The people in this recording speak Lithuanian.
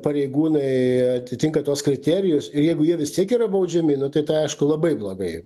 pareigūnai atitinka tuos kriterijus ir jeigu jie vis tiek yra baudžiami nu tai tai aišku labai blogai